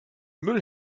müll